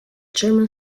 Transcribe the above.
german